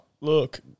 Look